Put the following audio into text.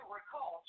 recall